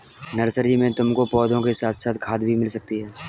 nursery में तुमको पौधों के साथ साथ खाद भी मिल सकती है